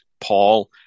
Paul